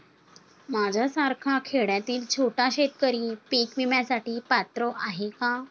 माझ्यासारखा खेड्यातील छोटा शेतकरी पीक विम्यासाठी पात्र आहे का?